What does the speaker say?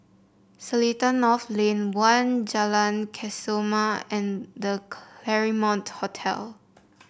Seletar North Lane One Jalan Kesoma and The Claremont Hotel